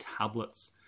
tablets